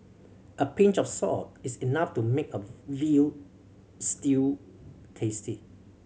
a pinch of salt is enough to make a veal stew tasty